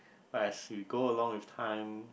as we go along with time